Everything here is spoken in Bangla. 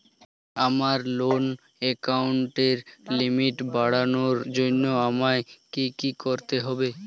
আমার লোন অ্যাকাউন্টের লিমিট বাড়ানোর জন্য আমায় কী কী করতে হবে?